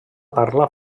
parla